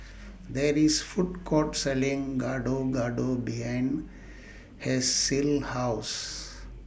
There IS Food Court Selling Gado Gado behind Hershel's House